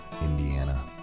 Indiana